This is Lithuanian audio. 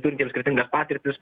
turintiems skirtingas patirtis